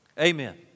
Amen